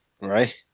right